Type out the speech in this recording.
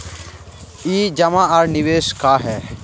ई जमा आर निवेश का है?